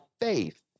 faith